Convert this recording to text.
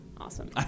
Awesome